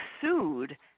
sued